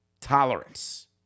tolerance